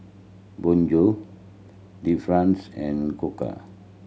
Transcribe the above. Bonjour Delifrance and Koka